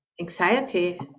anxiety